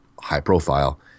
high-profile